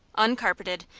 uncarpeted,